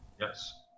Yes